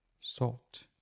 salt